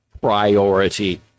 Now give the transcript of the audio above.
priority